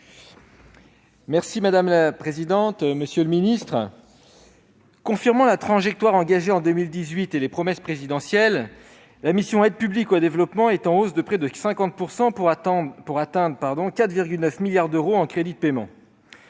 Madame la présidente, monsieur le ministre, confirmant la trajectoire engagée en 2018 et les promesses présidentielles, la mission « Aide publique au développement » est en hausse de près de 50 % pour atteindre 4,9 milliards d'euros en crédits de paiement.